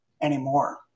anymore